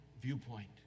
viewpoint